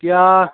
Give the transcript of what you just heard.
এতিয়া